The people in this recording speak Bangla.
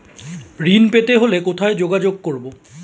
ঋণ পেতে হলে কোথায় যোগাযোগ করব?